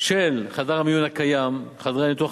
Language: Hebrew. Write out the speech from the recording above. של חדר המיון הקיים,